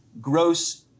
gross